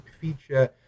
feature